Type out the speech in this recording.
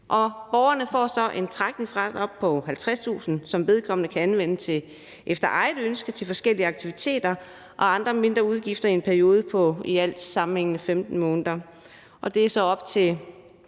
Borgeren får en trækningsret på 50.000 kr., som vedkommende kan anvende efter eget ønske til forskellige aktiviteter og andre mindre udgifter i en sammenhængende periode på i alt 15 måneder. Og det er så op til